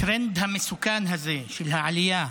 מהטרנד המסוכן הזה של העלייה,